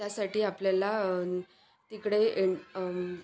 त्यासाठी आपल्याला तिकडे एं